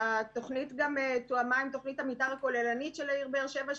שהתוכנית גם תואמה עם תוכנית המתאר הכוללנית של העיר באר שבע,